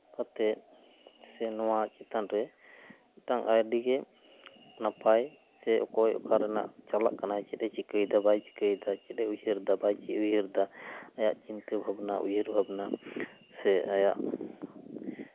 ᱠᱟᱛᱮᱫ ᱥᱮ ᱱᱚᱣᱟ ᱪᱮᱛᱟᱱ ᱨᱮ ᱢᱤᱫᱴᱟᱱ ᱟᱹᱰᱤᱜᱮ ᱱᱟᱯᱟᱭ ᱥᱮ ᱚᱠᱚᱭ ᱚᱠᱟ ᱨᱮᱱᱟᱜ ᱪᱟᱞᱟᱜ ᱠᱟᱱᱟᱭ ᱪᱮᱫ ᱮ ᱪᱤᱠᱟᱹᱭᱮᱫᱟᱭ ᱵᱟᱭ ᱪᱤᱠᱟᱹᱭᱫᱟᱭ ᱪᱮᱫ ᱮ ᱩᱭᱦᱟᱹᱨ ᱮᱫᱟᱭ ᱵᱟᱭ ᱪᱮᱫ ᱮ ᱩᱭᱦᱟᱹᱨᱮᱫᱟ ᱟᱭᱟᱜ ᱪᱤᱱᱛᱟᱹ ᱵᱷᱟᱵᱽᱱᱟ ᱩᱭᱦᱟᱹᱨ ᱵᱷᱟᱵᱽᱱᱟ ᱥᱮ ᱟᱭᱟᱜ